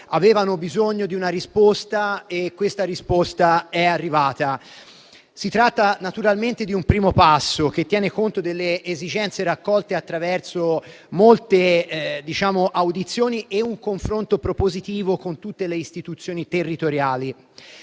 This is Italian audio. avevano bisogno di una risposta, che è arrivata. Si tratta naturalmente di un primo passo, che tiene conto delle esigenze raccolte attraverso molte audizioni e un confronto propositivo con tutte le istituzioni territoriali.